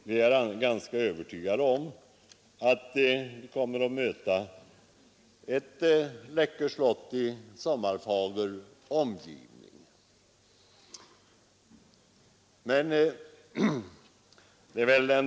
Vi är ganska övertygade om att vi kommer att möta ett Läckö slott i sommarfager omgivning.